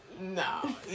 no